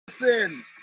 Listen